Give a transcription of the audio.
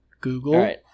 Google